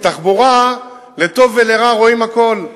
תחבורה, לטוב ולרע רואים הכול.